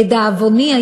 לדאבוני,